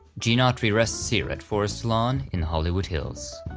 gene autry rests here at forest lawn in hollywood hills.